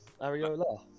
Ariola